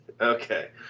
Okay